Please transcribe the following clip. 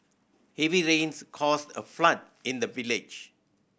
heavy rains caused a flood in the village